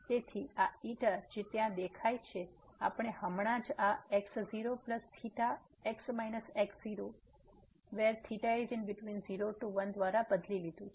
તેથી આ ξ જે ત્યાં દેખાય છે આપણે હમણાં જ આ x0θx x0 0θ1 દ્વારા બદલી લીધું છે